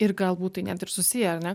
ir galbūt tai net ir susiję ar ne